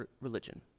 Religion